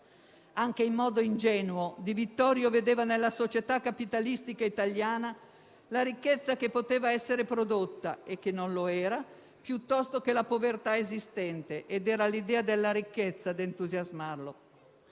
anche in modo ingenuo Di Vittorio vedeva nella società capitalistica italiana la ricchezza che poteva essere prodotta, e che non lo era, piuttosto che la povertà esistente, ed era l'idea della ricchezza a entusiasmarlo.